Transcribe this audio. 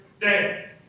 day